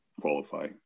qualify